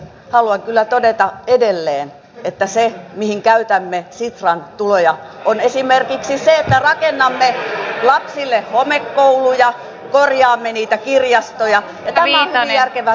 haluan kyllä todeta edelleen että se mihin käytämme sitran tuloja on esimerkiksi se että korjaamme lapsille homekouluja korjaamme niitä kirjastoja ja tämä on hyvin järkevää toimintaa